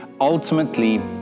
ultimately